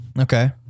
Okay